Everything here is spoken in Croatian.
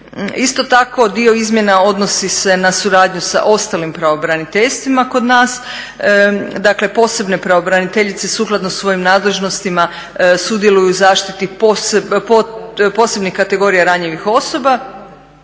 Isto tako dio izmjena odnosi se na suradnju sa ostalim pravobraniteljstvima kod nas, dakle posebne pravobraniteljice sukladno svojim nadležnostima sudjeluju u zaštiti posebnih kategorija ranjivih osoba.